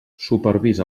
supervisa